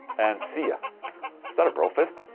and see ya was that a brofist?